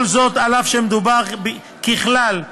כל זאת אף שמדובר ככלל בחלקה,